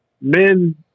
men